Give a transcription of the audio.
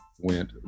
went